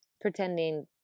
pretending